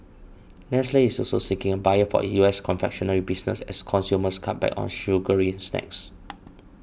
nestle is also seeking a buyer for its U S confectionery business as consumers cut back on sugary snacks